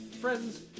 friends